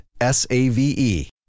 S-A-V-E